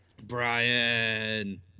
Brian